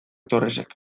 torresek